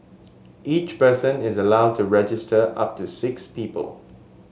each person is allowed to register up to six people